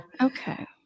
okay